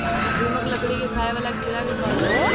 दीमक, लकड़ी के खाए वाला कीड़ा के कहल जाला